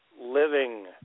living